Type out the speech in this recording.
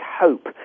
hope